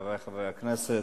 חברי חברי הכנסת,